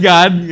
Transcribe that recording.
God